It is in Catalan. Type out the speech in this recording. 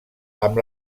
amb